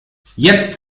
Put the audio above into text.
jetzt